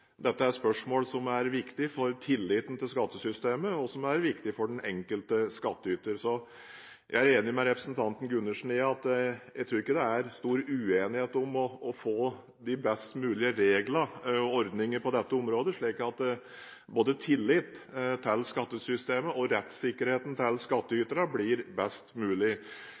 dette er spørsmål som er viktig for tilliten til skattesystemet, og som er viktig for den enkelte skattyter. Jeg er enig med representanten Gundersen i at det ikke er stor uenighet om å få de best mulige regler og ordninger på dette området, slik at både tilliten til skattesystemet og skattyternes rettssikkerhet blir best mulig.